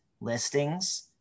listings